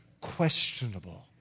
questionable